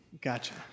Gotcha